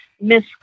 miss